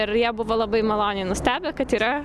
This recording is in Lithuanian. ir jie buvo labai maloniai nustebę kad yra